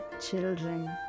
children